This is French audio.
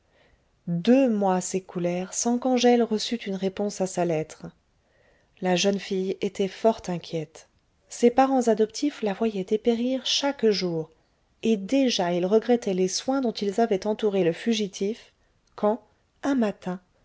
deux mois s'écoulèrent sans qu'angèle reçut une réponse à sa lettre la jeune fille était fort inquiète ses parents adoptifs la voyaient dépérir chaque jour et déjà ils regrettaient les soins dont ils avaient entouré le fugitif quand un matin